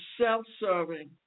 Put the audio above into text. self-serving